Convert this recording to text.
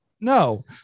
no